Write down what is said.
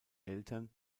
eltern